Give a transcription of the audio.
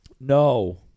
No